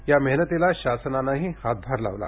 या मेहनतीला शासनानेही हातभार लावला